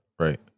Right